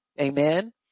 Amen